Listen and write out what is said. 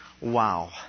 Wow